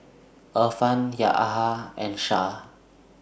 Irfan Yahaya and Shah